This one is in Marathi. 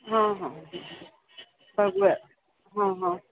हां हां बघूया हां हां